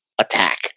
attack